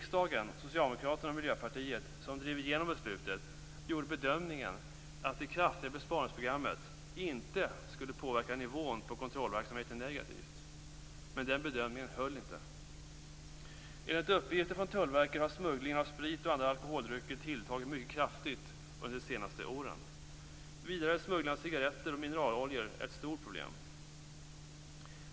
Socialdemokraterna och Miljöpartiet, gjorde bedömningen att det kraftiga besparingsprogrammet inte skulle påverka nivån på kontrollverksamheten negativt. Men den bedömningen höll inte. Enligt uppgifter från Tullverket har smugglingen av sprit och andra alkoholdrycker tilltagit mycket kraftigt under de senaste åren. Vidare är smugglingen av cigaretter och mineraloljor ett stort problem.